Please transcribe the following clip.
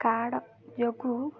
card ଯୋଗୁଁ